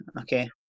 okay